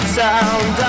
sound